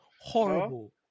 Horrible